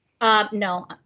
No